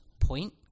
point